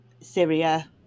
Syria